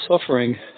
suffering